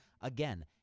Again